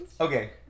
Okay